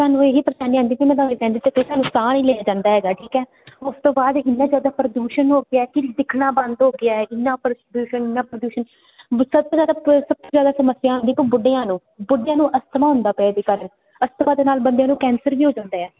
ਤੁਹਾਨੂੰ ਇਹੀ ਪਰੇਸ਼ਾਨੀ ਆਉਂਦੀ ਸੀ ਮੈਂ ਤੁਹਾਨੂੰ ਤਾਂ ਨਹੀਂ ਲਿਆ ਜਾਂਦਾ ਹੈਗਾ ਠੀਕ ਐ ਉਸ ਤੋਂ ਬਾਅਦ ਇਨਾ ਜਿਆਦਾ ਪ੍ਰਦੂਸ਼ਣ ਹੋ ਗਿਆ ਕਿ ਦਿਖਣਾ ਬੰਦ ਹੋ ਗਿਆ ਇਨਾ ਪ੍ਰਦੂਸ਼ਨ ਤੋਂ ਜਿਆਦਾ ਸਭ ਤੋਂ ਜਿਆਦਾ ਸਮੱਸਿਆ ਆਉਂਦੀ ਬੁੱਢੀਆਂ ਨੂੰ ਬੁੱਢਿਆਂ ਨੂੰ ਅਸਥਮਾ ਹੁੰਦਾ ਪਿਆ ਅਜਕੱਲ ਅਸਥਮਾ ਦੇ ਨਾਲ ਬੰਦਿਆਂ ਨੂੰ ਕੈਂਸਰ ਵੀ ਹੋ ਜਾਂਦੇ ਆ